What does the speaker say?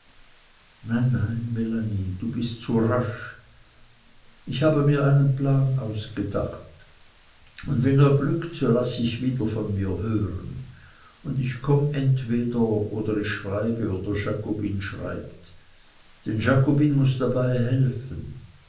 nein nein melanie du bist zu rasch aber ich habe mir einen plan ausgedacht und wenn er glückt so laß ich wieder von mir hören und ich komm entweder oder ich schreibe oder jakobine schreibt denn jakobine muß uns dabei helfen